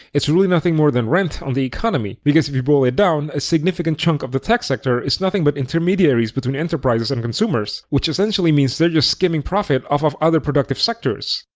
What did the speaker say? it's really nothing more than rent on the economy. because if you boil it down, a significant chunk of the tech sector is nothing but intermediaries between enterprises and consumers, which essentially means they're just skimming profit off of other productive sectors.